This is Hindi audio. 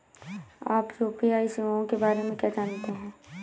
आप यू.पी.आई सेवाओं के बारे में क्या जानते हैं?